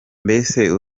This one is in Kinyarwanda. mbese